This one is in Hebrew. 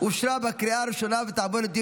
אושרה בקריאה הראשונה ותעבור לדיון